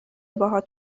باهات